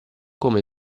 come